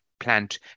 plant